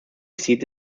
seat